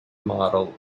model